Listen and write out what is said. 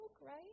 right